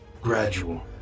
Gradual